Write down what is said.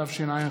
התשע"ח